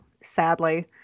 sadly